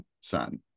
son